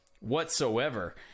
whatsoever